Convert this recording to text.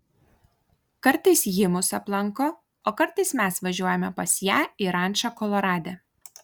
kartais ji mus aplanko o kartais mes važiuojame pas ją į rančą kolorade